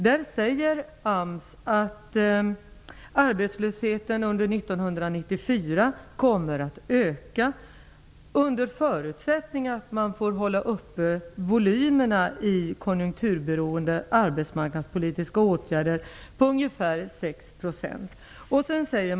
Där säger AMS att arbetslösheten kommer att öka under 1994, under förutsättning att man får hålla uppe volymerna i konjunkturberoende arbetsmarknadspolitiska åtgärder på ungefär 6 %.